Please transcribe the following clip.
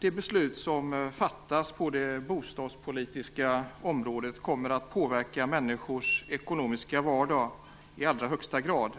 Det beslut som fattas på det bostadspolitiska området kommer att påverka människors ekonomiska vardag i allra högsta grad.